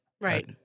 Right